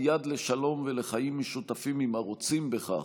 יד לשלום ולחיים משותפים עם הרוצים בכך,